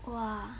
!wah!